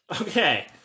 Okay